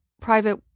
private